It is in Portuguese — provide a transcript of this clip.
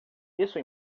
isso